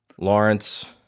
Lawrence